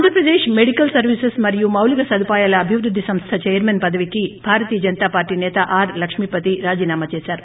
Andhra Pradesh medical services మరియు మౌలిక సదుపాయాల అభివృద్ది సంస్ద చైర్మన్ పదవికి భారతీయ జనతా పార్షీ సేత ఆర్ లక్ష్మీపతి రాజీనామా చేశారు